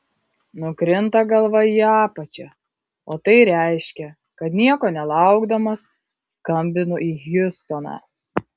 nukrinta galva į apačią o tai reiškia kad nieko nelaukdamas skambinu į hjustoną